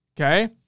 okay